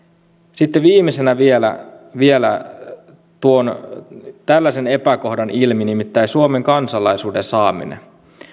sitten viimeisenä vielä vielä tuon tällaisen epäkohdan ilmi nimittäin suomen kansalaisuuden saaminen